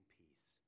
peace